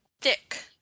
thick